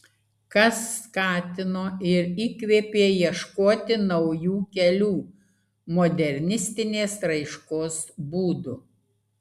kas skatino ir įkvėpė ieškoti naujų kelių modernistinės raiškos būdų